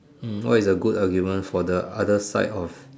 hmm what is a good argument for the other side of